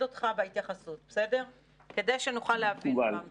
אותך בהתייחסות כדי שנוכל להבין במה מדובר.